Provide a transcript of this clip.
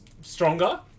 stronger